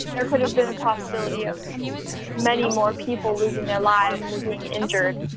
there could have been a possibility of many more people losing their lives or being injured